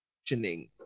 functioning